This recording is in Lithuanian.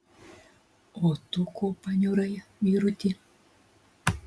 o tu ko paniurai vyruti